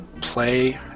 Play